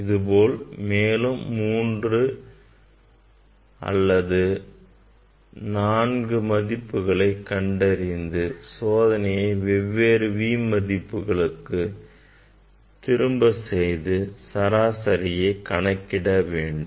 இதுபோல் மேலும் மூன்று அல்லது நான்கு மதிப்புகள் கண்டறிய சோதனையை வெவ்வேறு V மதிப்புகளுக்கு திரும்ப செய்து சராசரியை கணக்கிட வேண்டும்